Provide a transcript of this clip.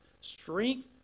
strength